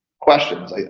questions